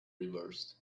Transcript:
reversed